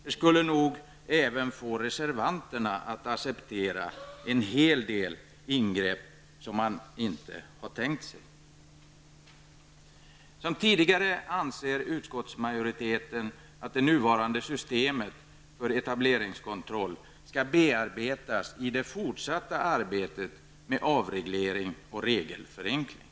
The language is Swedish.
Det skulle nog få även reservanterna att acceptera en hel del ingrepp som de inte har tänkt på. Som tidigare anser utskottsmajoriteten att det nuvarande systemet för etableringskontroll skall bearbetas i det fortsatta arbetet med avreglering och regelförenkling.